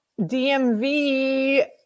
dmv